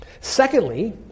Secondly